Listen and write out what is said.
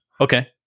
Okay